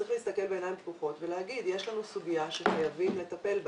צריך להסתכל בעיניים פקוחות ולהגיד: יש לנו סוגיה שחייבים לטפל בה.